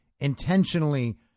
intentionally